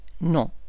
non